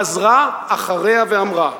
חזרה אחריה ואמרה: